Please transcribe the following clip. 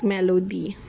Melody